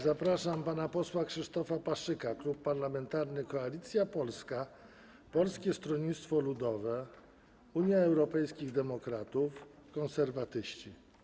Zapraszam pana posła Krzysztofa Paszyka, Klub Parlamentarny Koalicja Polska - Polskie Stronnictwo Ludowe, Unia Europejskich Demokratów, Konserwatyści.